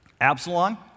Absalom